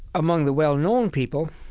among the well-known people,